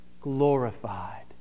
glorified